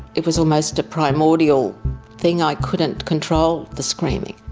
it was almost a primordial thing, i couldn't control the screaming.